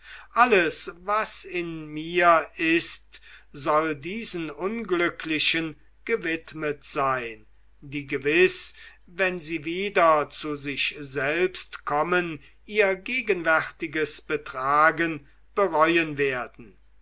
alles was in mir ist soll diesen unglücklichen gewidmet sein die gewiß wenn sie wieder zu sich selbst kommen ihr gegenwärtiges betragen bereuen werden